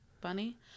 bunny